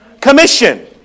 Commission